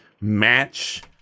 match